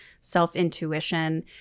self-intuition